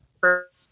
First